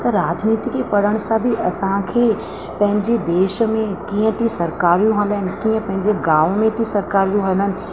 राजनीतिकी पढ़ण सां बि असांखे पंहिंजे देश में कीअं थी सरकारियूं हलनि कीअं पंहिंजे गांव में थी सरकारियूं हलनि